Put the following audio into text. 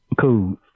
Cool